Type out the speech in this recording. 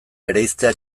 bereiztea